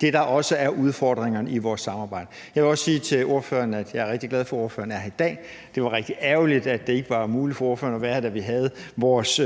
det, der også er udfordringerne i vores samarbejde. Jeg vil også sige til ordføreren, at jeg er rigtig glad for, at ordføreren er her i dag. Det var rigtig ærgerligt, at det ikke var muligt for ordføreren at være her, da vi havde vores